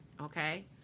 okay